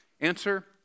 Answer